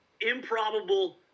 improbable